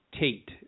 Tate